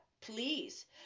please